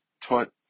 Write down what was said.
taught